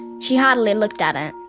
she hardly looked at it.